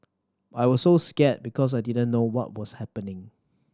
I was so scared because I didn't know what was happening